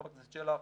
חבר הכנסת שלח,